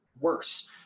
worse